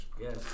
Yes